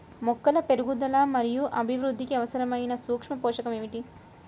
మొక్కల పెరుగుదల మరియు అభివృద్ధికి అవసరమైన సూక్ష్మ పోషకం ఏమిటి?